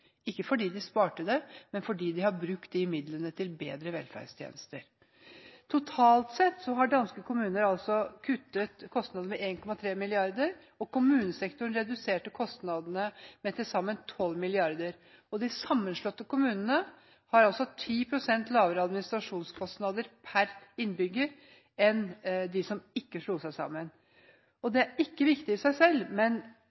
ikke fordi de sparte det, men fordi de har brukt de midlene til bedre velferdstjenester. Totalt sett har danske kommuner kuttet kostnader med 1,3 mrd. kr, og kommunesektoren reduserte kostnadene med til sammen 12 mrd. kr. De sammenslåtte kommunene har 10 pst. lavere administrasjonskostnader per innbygger enn de som ikke slo seg sammen. Det er ikke viktig i seg selv, men